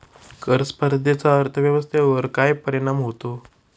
कर स्पर्धेचा अर्थव्यवस्थेवर काय परिणाम होतो?